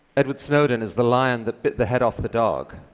edward snowden is the lion that bit the head off the dog.